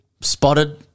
spotted